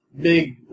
big